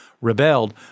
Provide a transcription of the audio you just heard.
rebelled